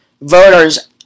voters